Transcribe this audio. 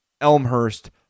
Elmhurst